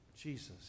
Jesus